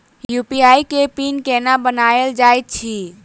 UPI केँ PIN केना बनायल जाइत अछि